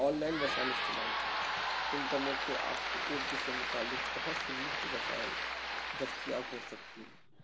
on line وسائل استعمال کریں انٹر نیٹ پہ آپ کو اردو سے متعلق بہت سے مفت وسائل دستیاب ہو سکتی ہیں